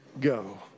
go